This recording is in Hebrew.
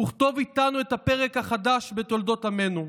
וכתוב איתנו את הפרק החדש בתולדות עמנו.